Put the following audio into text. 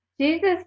Jesus